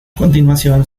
continuación